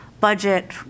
budget